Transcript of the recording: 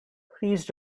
please